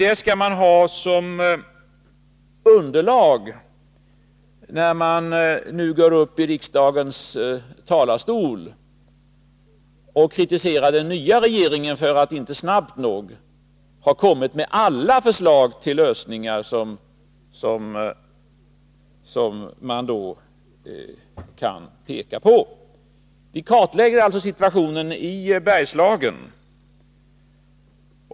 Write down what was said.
Detta skall man ha som underlag när man går upp i riksdagens talarstol och kritiserar den nya regeringen för att inte snabbt nog ha kommit med alla de förslag till lösningar som man kan peka på. Vi kartlägger alltså situationen i Bergslagen.